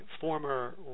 former